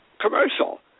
commercial